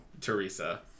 teresa